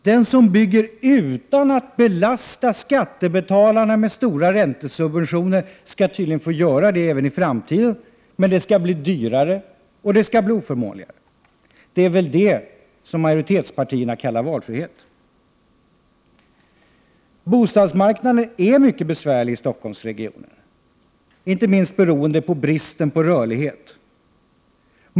Den som bygger utan att belasta skattebetalarna med stora räntesubventioner skall tydligen få göra det även i framtiden, men det skall bli dyrare och oförmånligare. Det är väl detta som majoritetspartierna kallar valfrihet. Bostadsmarknaden är mycket besvärlig i Stockholmsregionen, inte minst beroende på bristen på rörlighet.